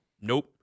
Nope